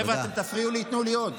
חבר'ה, אתם תפריעו לי, ייתנו לי עוד.